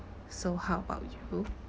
so how about you